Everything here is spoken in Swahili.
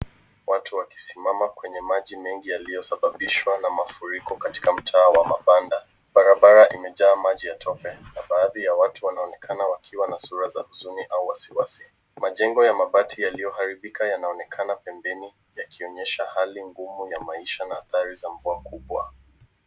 Watu wakisimama kwenye maji mengi yaliyosababishwa na mafuriko katika mtaa wa mabanda, barabara imejaa maji ya tope na baadhi ya watu wanaonekana wakiwa na sura za huzuni na wasiwasi, majengo ya mabati yaliyoharibika yanaonekana pembeni yakionyesha hali ngumu ya maisha na athari za mvua kubwa.